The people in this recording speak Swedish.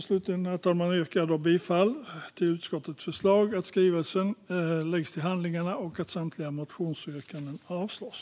Slutligen, herr talman, yrkar jag bifall till utskottets förslag att skrivelsen läggs till handlingarna och att samtliga motionsyrkanden avslås.